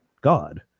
God